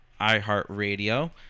iHeartRadio